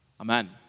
Amen